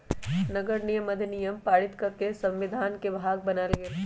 नगरनिगम अधिनियम पारित कऽ के संविधान के भाग बनायल गेल